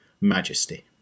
Majesty